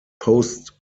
post